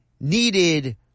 needed